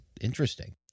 interesting